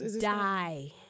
die